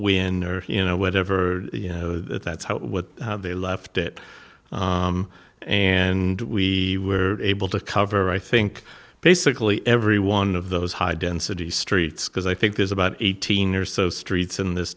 win you know whatever you know that that's what they left it and we were able to cover i think basically every one of those high density streets because i think there's about eighteen or so streets in this